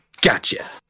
Gotcha